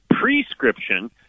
prescription